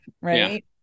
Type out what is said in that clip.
right